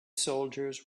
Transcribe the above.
soldiers